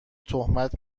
تهمت